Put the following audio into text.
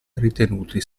ritenuti